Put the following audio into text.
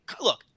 Look